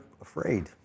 afraid